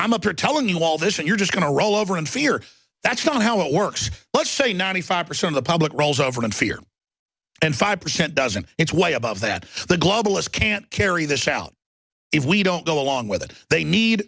for telling you all this and you're just going to roll over and fear that's not how it works let's say ninety five percent of the public rolls over in fear and five percent doesn't it's way above that the globalist can't carry this out if we don't go along with it they need